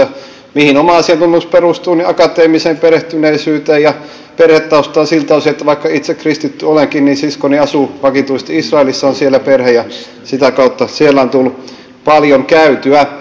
mihin oma asiantuntemukseni perustuu niin akateemiseen perehtyneisyyteen ja perhetaustaan siltä osin että vaikka itse kristitty olenkin niin siskoni asuu vakituisesti israelissa hänellä on siellä perhe ja sitä kautta siellä on tullut paljon käytyä